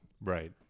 right